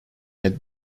had